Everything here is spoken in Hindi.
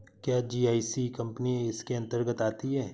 क्या जी.आई.सी कंपनी इसके अन्तर्गत आती है?